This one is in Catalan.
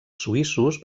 suïssos